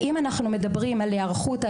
אם אנחנו מדברים על היערכות,